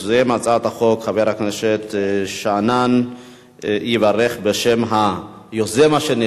הצעת חוק בתי-הדין הדתיים הדרוזיים (תיקון מס' 19),